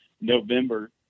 November